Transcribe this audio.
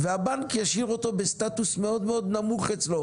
והבנק ישאיר אותו בסטטוס מאוד מאוד נמוך אצלו